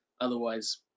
Otherwise